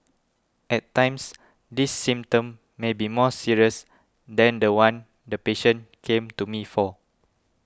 at times this symptom may be more serious than the one the patient came to me for